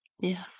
Yes